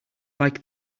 like